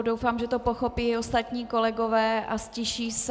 Doufám, že to pochopí i ostatní kolegové a ztiší se.